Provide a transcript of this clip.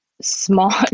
small